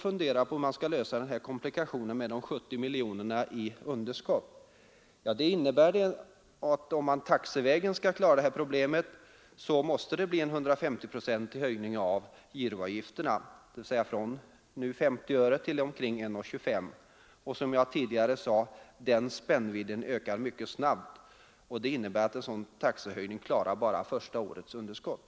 Hur skall man klara den här komplikationen med de 70 miljonerna kronor i underskott? Om man taxevägen skulle lösa det problemet, så innebär det en 150-procentig höjning av postgiroavgifterna, dvs. från 50 öre till omkring 1:25 kronor, och som jag tidigare sade, den spännvidden ökar mycket snabbt. Det innebär att en sådan taxehöjning bara klarar första årets underskott.